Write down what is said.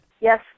Yes